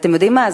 ואתם יודעים מה?